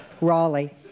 Raleigh